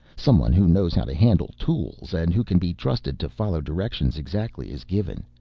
someone who knows how to handle tools and who can be trusted to follow directions exactly as given.